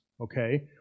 okay